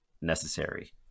necessary